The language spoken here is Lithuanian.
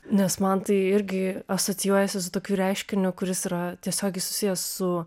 nes man tai irgi asocijuojasi su tokiu reiškiniu kuris yra tiesiogiai susijęs su